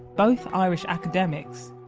both irish academics,